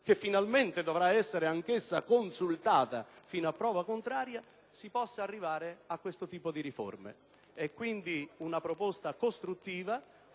(che finalmente dovrà essere anch'essa consultata, fino a prova contraria), e si possa arrivare a questo tipo di riforme. Si tratta pertanto di una proposta costruttiva;